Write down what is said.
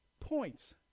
points